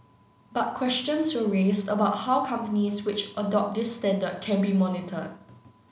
but questions were raised about how companies which adopt this standard can be monitored